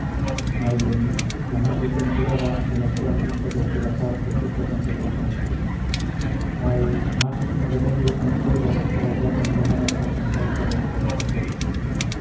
ay de mí la más desventurada que las que han visto despedazar sus hijos en su presencia ay más sin remedio y consuelo que las ya condenadas por sentencia de rigoroso juez